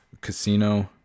Casino